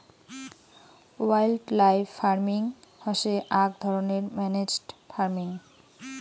wildlife farming হসে আক ধরণের ম্যানেজড ফার্মিং